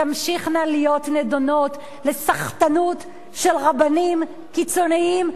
תמשכנה להיות נידונות לסחטנות של רבנים קיצוניים,